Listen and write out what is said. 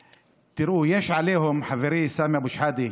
תראו, יש עליהום, חברי סמי אבו שחאדה,